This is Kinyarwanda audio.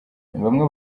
bamwe